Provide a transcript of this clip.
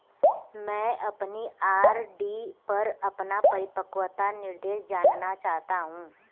मैं अपनी आर.डी पर अपना परिपक्वता निर्देश जानना चाहता हूँ